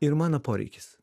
ir mano poreikis